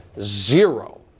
zero